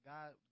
God